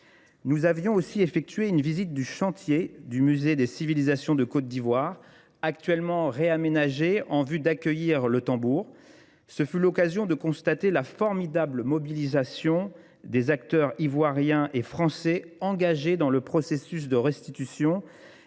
Nous avions aussi effectué une visite du chantier du Musée des civilisations de Côte d'Ivoire, actuellement réaménagé en vue d'accueillir le Tambour. Ce fut l'occasion de constater la formidable mobilisation des acteurs ivoiriens et français engagés dans le processus de restitution et les moyens